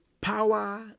power